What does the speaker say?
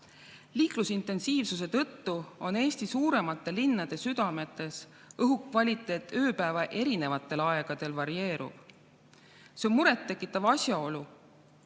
Liiklusintensiivsuse tõttu Eesti suuremate linnade südametes õhu kvaliteet ööpäeva erinevatel aegadel varieerub. See on muret tekitav asjaolu,